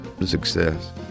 success